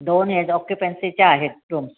दोन हेड ऑक्युपन्सीच्या आहेत रूम